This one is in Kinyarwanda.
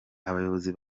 abayobozi